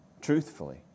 truthfully